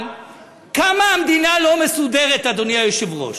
אבל כמה המדינה לא מסודרת, אדוני היושב-ראש.